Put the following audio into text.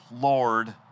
Lord